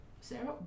Sarah